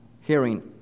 hearing